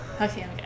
Okay